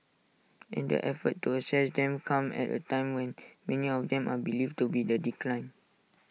and the effort to assess them comes at A time when many of them are believed to be in decline